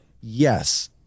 Yes